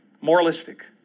Moralistic